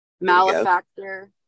malefactor